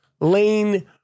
lane